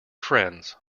friends